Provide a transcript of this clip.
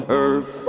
earth